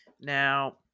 Now